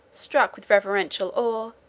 struck with reverential awe,